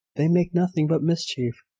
they make nothing but mischief.